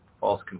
false